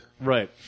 Right